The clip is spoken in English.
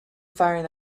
firing